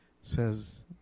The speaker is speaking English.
says